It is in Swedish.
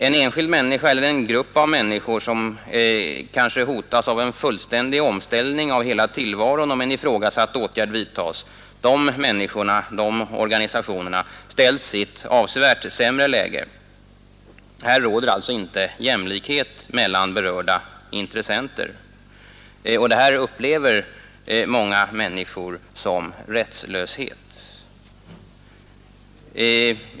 En enskild människa eller en grupp av människor som kanske hotas av en fullständig omställning av hela tillvaron om en ifrågasatt åtgärd vidtas, de människorna och grupperna ställs i ett avsevärt sämre läge. Här råder alltså inte jämlikhet mellan berörda intressenter, och detta upplever många människor som rättslöshet.